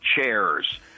chairs